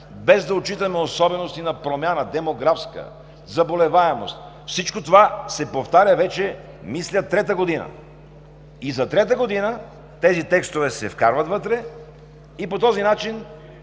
без да отчитаме особености на промяна – демографска, заболеваемост. Всичко това се повтаря, мисля, вече трета година. За трета година тези текстове се вкарват вътре и по този начин